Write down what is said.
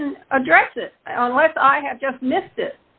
didn't address it unless i had just missed it